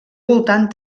voltant